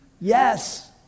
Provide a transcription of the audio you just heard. Yes